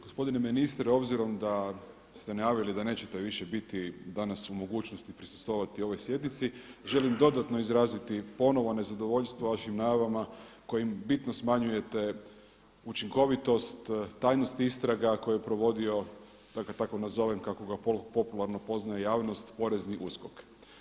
Gospodine ministre, obzirom da ste najavili da nećete više biti danas u mogućnosti prisustvovati ovoj sjednici, želim dodatno izraziti ponovno nezadovoljstvo vašim najavama kojim bitno smanjujete učinkovitost, tajnost istraga koje je provodio da ga tako nazovem kako ga popularno poznaje javnost porezni USKOK.